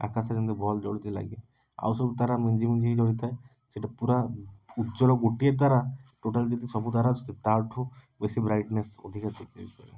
ଆକାଶରେ ଯେମତି ବଲ୍ବ ଜଳୁଛି ଲାଗେ ଆଉ ସବୁ ତାରା ମିଞ୍ଜିମିଞ୍ଜି ହେଇ ଜଳୁଥାଏ ସେଇଟା ପୂରା ଉଜ୍ଜ୍ୱଳ ଗୋଟିଏ ତାରା ଟୋଟାଲି ଯେତିକି ସବୁ ତାରା ତା'ଠୁ ବେଶୀ ବ୍ରାଇଟନେସ୍ ଅଧିକା ସିଏ ଦେଇପାରିବ